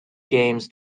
games